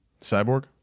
cyborg